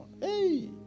hey